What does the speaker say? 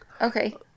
Okay